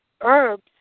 herbs